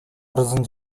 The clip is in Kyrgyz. арызын